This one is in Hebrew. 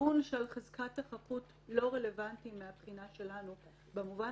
הטיעון של חזקת החפות לא רלוונטי מהבחינה שלנו במובן